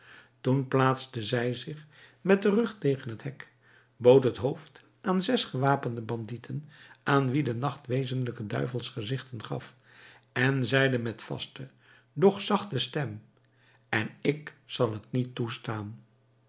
toen plaatste zij zich met den rug tegen het hek bood het hoofd aan zes gewapende bandieten aan wie de nacht wezenlijke duivelsgezichten gaf en zeide met vaste doch zachte stem en ik zal t niet toestaan